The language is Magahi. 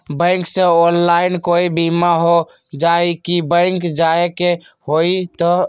बैंक से ऑनलाइन कोई बिमा हो जाई कि बैंक जाए के होई त?